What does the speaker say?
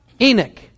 Enoch